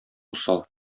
усал